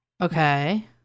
Okay